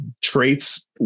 traits